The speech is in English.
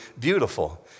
beautiful